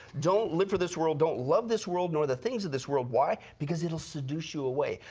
don't live for this world, don't love this world nor the things of this world. why? because it will seduce you away.